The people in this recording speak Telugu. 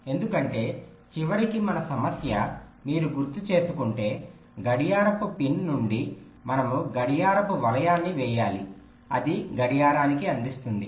ఎందుకంటే చివరికి మన సమస్య మీరు గుర్తుచేసుకుంటే గడియారపు పిన్ నుండి మనము గడియార వలయాన్ని వేయాలి అది గడియారానికి అందిస్తుంది